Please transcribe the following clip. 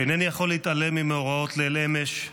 אינני יכול להתעלם ממאורעות ליל אמש,